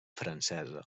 francesa